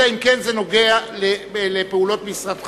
אלא אם כן זה נוגע לפעולות משרדך.